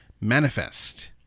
Manifest